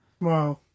Wow